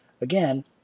Again